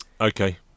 Okay